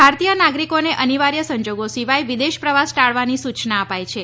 ભારતીય નાગરિકોને અનિવાર્થ સંજોગો સિવાય વિદેશ પ્રવાસ ટાળવાની સૂચના અપાઈ છે